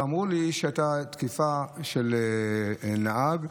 ואמרו לי שהייתה תקיפה מתמשכת של נהג,